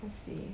I see